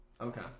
Okay